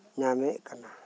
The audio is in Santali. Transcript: ᱧᱟᱢᱮᱫ ᱠᱟᱱᱟ